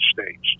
States